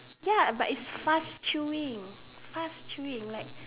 ya but it's fast chewing fast chewing like